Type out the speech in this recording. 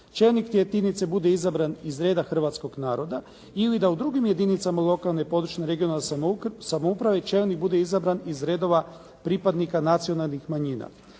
čelnik te jedinice bude izabran iz reda hrvatskog naroda, ili da u drugim jedinicama lokalne, područne i regionalne samouprave čelnik bude izabran iz redova pripadnika nacionalnih manjina.